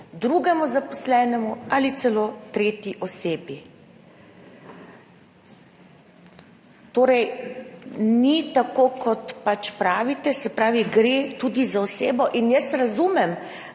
drugemu zaposlenemu ali celo tretji osebi. Torej, ni tako, kot pravite, se pravi gre tudi za osebo. In jaz razumem,